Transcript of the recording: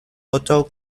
auto